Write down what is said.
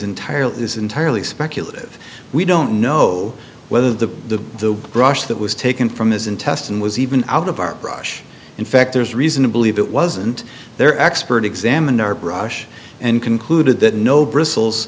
entirely is entirely speculative we don't know whether the the brush that was taken from his intestine was even out of our brush in fact there's reason to believe it wasn't their expert examined our brush and concluded that no br